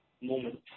moment